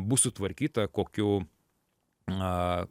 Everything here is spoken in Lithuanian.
bus sutvarkyta kokių aaa